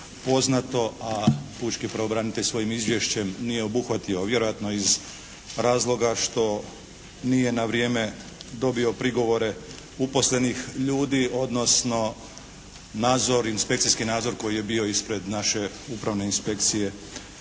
a pučki pravobranitelj svojim izvješćem nije obuhvatio a vjerojatno iz razloga što nije na vrijeme dobio prigovore uposlenih ljudi odnosno inspekcijski nadzor koji je bio ispred naše upravne inspekcije